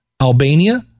Albania